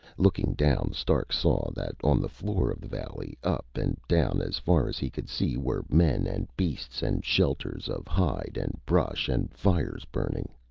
looking down, stark saw that on the floor of the valley, up and down as far as he could see, were men and beasts and shelters of hide and brush, and fires burning.